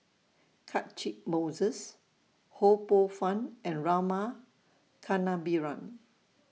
Catchick Moses Ho Poh Fun and Rama Kannabiran